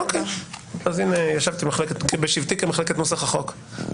אז הינה, ישבתי בשבתי כמחלקת נוסח החוק...